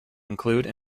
include